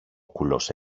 κουλός